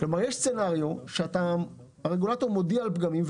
יש סצנריו שהרגולטור מודיע על פגמים,